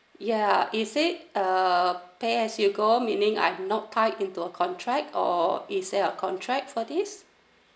ya is it uh pay as you go meaning I'm not tie into a contract or is there a contract for this